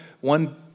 one